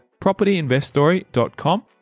propertyinveststory.com